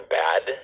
bad